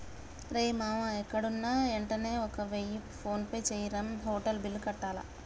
రేయ్ మామా ఎక్కడున్నా యెంటనే ఒక వెయ్య ఫోన్పే జెయ్యిరా, హోటల్ బిల్లు కట్టాల